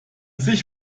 sich